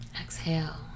Exhale